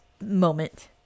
moment